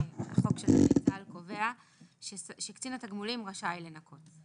נכי צה"ל קובע שקצין התגמולים רשאי לנכות.